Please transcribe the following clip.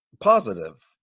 positive